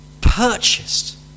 purchased